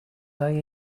lay